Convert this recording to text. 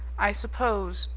i suppose,